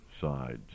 sides